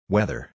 Weather